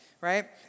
right